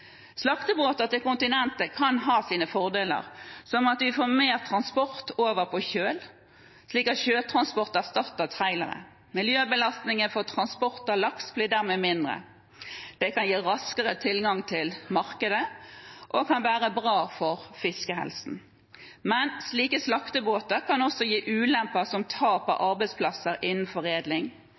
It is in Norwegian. Slaktebåter til kontinentet kan ha sine fordeler, som at vi får mer transport over på kjøl, slik at sjøtransport erstatter trailere. Miljøbelastningen for transport av laks blir dermed mindre. Det kan gi raskere tilgang til markedet og være bra for fiskehelsen. Men slike slaktebåter kan også gi ulemper som tap av arbeidsplasser innen foredling,